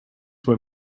were